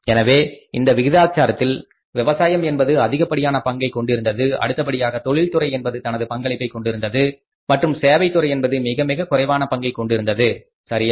எனவே இந்த விகிதாச்சாரத்தில் விவசாயம் என்பது அதிகப்படியான பங்கை கொண்டிருந்தது அடுத்தபடியாக தொழில்துறை என்பது தனது பங்களிப்பை கொண்டிருந்தது மற்றும் சேவை துறை என்பது மிகமிகக் குறைவான பங்கை கொண்டிருந்தது சரியா